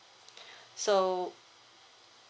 so